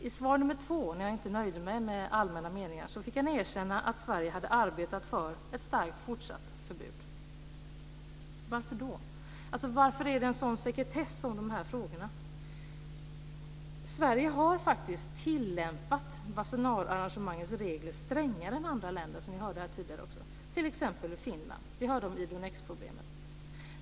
I svar nummer två, när jag inte nöjde mig med allmänna meningar, fick han erkänna att Sverige hade arbetat för ett starkt fortsatt förbud. Varför är det en så stor sekretess om de här frågorna? Sverige har tillämpat Wassenaararrangemangets regler strängare än andra länder, som vi hörde här tidigare, t.ex. Finland. Vi hörde om Idonex-problemet.